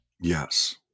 Yes